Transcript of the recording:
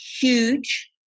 huge